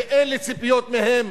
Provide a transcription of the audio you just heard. שאין לי ציפיות מהם,